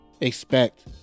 expect